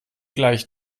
gleich